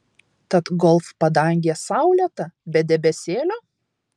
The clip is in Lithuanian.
tad golf padangė saulėta be debesėlio